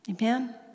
Amen